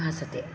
भासते